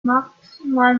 maximal